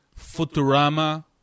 Futurama